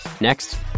Next